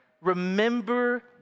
remember